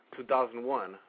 2001